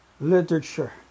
literature